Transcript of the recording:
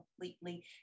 completely